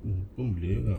mm pun boleh juga